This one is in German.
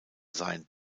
sein